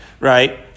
Right